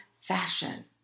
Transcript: fashion